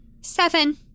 Seven